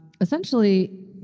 essentially